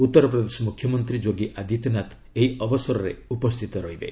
ଉତ୍ତରପ୍ରଦେଶ ମୁଖ୍ୟମନ୍ତ୍ରୀ ଯୋଗୀ ଆଦିତ୍ୟନାଥ ଏହି ଅବସରରେ ଉପସ୍ଥିତ ରହିବେ